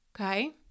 okay